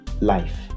life